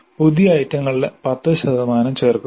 പുതിയ ഐറ്റങ്ങളുടെ 10 ശതമാനം ചേർക്കുന്നു